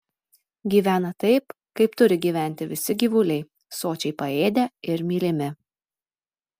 gyvena taip kaip turi gyventi visi gyvuliai sočiai paėdę ir mylimi